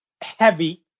heavy